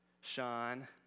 Sean